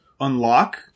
unlock